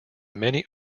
many